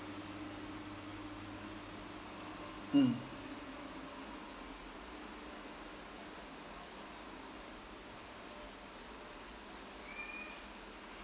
mm